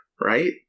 right